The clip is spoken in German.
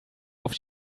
auf